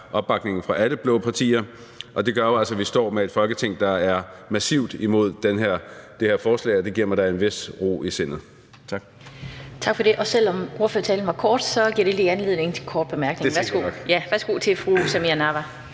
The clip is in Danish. og, tror jeg, alle blå partiers. Og det gør jo, at vi altså står med et Folketing, der er massivt imod det her forslag – og det giver mig da en vis ro i sindet.